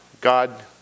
God